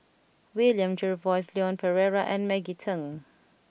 William Jervois Leon Perera and Maggie Teng